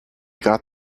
got